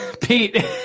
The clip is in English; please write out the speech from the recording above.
Pete